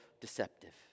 deceptive